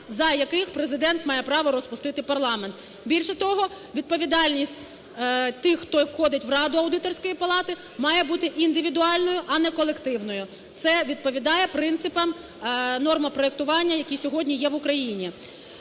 за яких Президент має право розпустити парламент. Більше того, відповідальність тих, хто входить в раду Аудиторської палати, має бути індивідуальною, а не колективною. Це відповідає принципам нормопроектування, які сьогодні є в Україні.